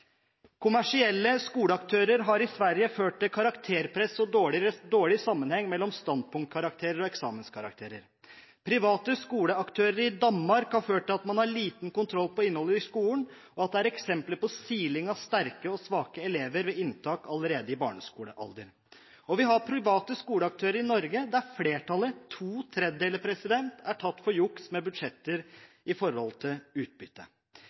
Kommersielle skoleaktører har i Sverige ført til karakterpress og dårlig sammenheng mellom standpunktkarakterer og eksamenskarakterer. Private skoleaktører i Danmark har ført til at man har liten kontroll på innholdet i skolen, og det er eksempler på siling av sterke og svake elever ved inntak allerede i barneskolealder. Og vi har private skoleaktører i Norge, der flertallet, to tredjedeler, er tatt for juks med budsjetter i forhold til utbytte.